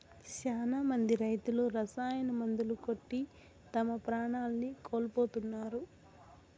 శ్యానా మంది రైతులు రసాయన మందులు కొట్టి తమ ప్రాణాల్ని కోల్పోతున్నారు